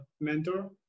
mentor